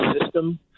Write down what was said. system